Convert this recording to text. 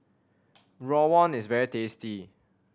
rawon is very tasty